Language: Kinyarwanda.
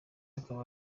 akaba